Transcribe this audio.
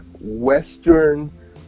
western